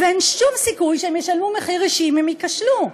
ואין שום סיכוי שהם ישלמו מחיר אישי אם הם ייכשלו.